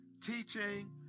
teaching